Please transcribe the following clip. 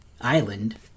island